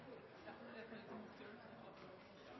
Ja, det er